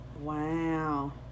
Wow